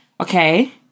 Okay